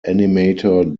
animator